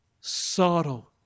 sorrow